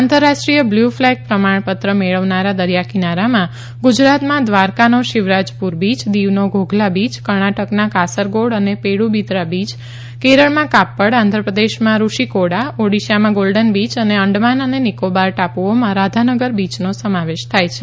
આંતરરાષ્ટ્રીય blue flag પ્રમાણપત્ર મેળવનારા દરિયા કિનારામાં ગુજરાતમાં ધ્વારકાનો શિવરાજપુર બીચ દિવનો ઘોઘલા બીચ કર્ણાટકના કાસરકોડ અને પેડુબિદરા બીય કેરળમાં કાપ્પડ આંધ્ર પ્રદેશમાં સુશીકોડા ઓડીશામાં ગોલ્ડન બીય અને અંડમાન અને નિકોબાર ટાપુઓમાં રાધાનગર બીયનો સમાવેશ થાય છે